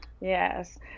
Yes